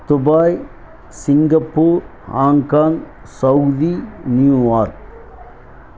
Dubai Singapore Hong Kong Saudi New York